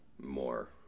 more